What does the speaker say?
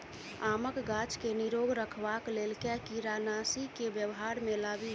आमक गाछ केँ निरोग रखबाक लेल केँ कीड़ानासी केँ व्यवहार मे लाबी?